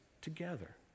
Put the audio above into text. together